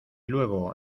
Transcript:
luego